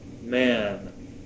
man